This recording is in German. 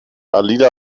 alida